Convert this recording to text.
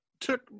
took